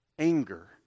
Anger